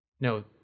No